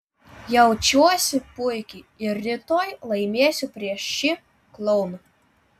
jaučiuosi puikiai ir rytoj laimėsiu prieš šį klouną